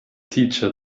teacher